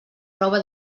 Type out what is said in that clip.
prova